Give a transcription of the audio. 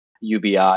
UBI